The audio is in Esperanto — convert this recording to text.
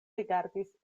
rigardis